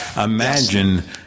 imagine